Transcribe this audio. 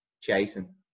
chasing